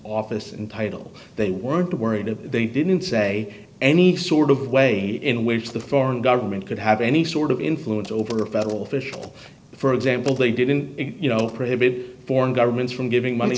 office and title they weren't worried if they didn't say any sort of way in which the foreign government could have any sort of influence over a federal official for example they didn't you know pretty big foreign governments from giving money